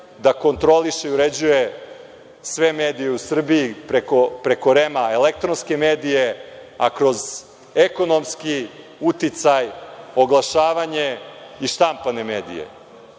da kontroliše i uređuje sve medije u Srbiji preko REM-a, elektronske medije, a kroz ekonomski uticaj, oglašavanje i štampane medije,